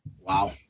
Wow